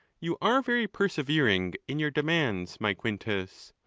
you are very persevering in your demands, my quintus!